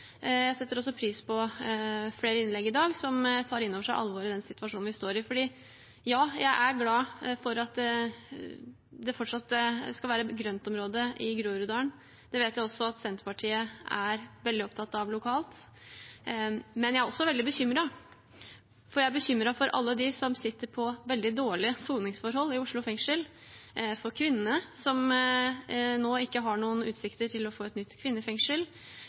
jeg setter også pris på flere innlegg i dag som tar inn over seg alvoret i den situasjonen vi står i. For ja: Jeg er glad for at det fortsatt skal være grøntområde i Groruddalen, og det vet jeg også at Senterpartiet er veldig opptatt av lokalt, men jeg er også veldig bekymret. Jeg er bekymret for alle dem som sitter på veldig dårlige soningsforhold i Oslo fengsel, for kvinnene som nå ikke har noen utsikter til å få et nytt kvinnefengsel,